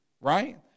right